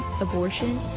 abortion